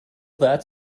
that